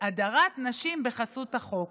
הדרת נשים בחסות החוק: